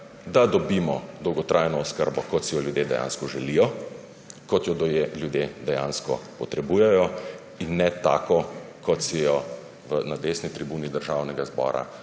da dobimo dolgotrajno oskrbo, kot si jo ljudje dejansko želijo, kot jo ljudje dejansko potrebujejo, in ne tako, kot si jo na desni tribuni Državnega zbora